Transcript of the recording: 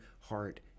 heart